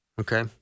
Okay